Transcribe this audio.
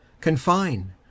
confine